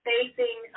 Facing